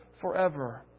forever